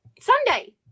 Sunday